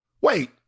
Wait